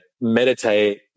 meditate